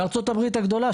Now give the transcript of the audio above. בארצות הברית הגדולה,